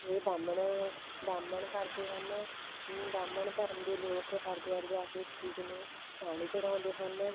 ਇਹ ਬ੍ਰਾਹਮਣ ਬ੍ਰਾਹਮਣ ਕਰਦੇ ਹਨ ਇਹ ਬ੍ਰਾਹਮਣ ਧਰਮ ਦੇ ਲੋਕ ਹਰਿਦੁਆਰ ਜਾ ਕੇ ਸੂਰਜ ਨੂੰ ਪਾਣੀ ਚੜ੍ਹਾਉਂਦੇ ਹਨ